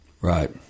Right